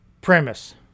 premise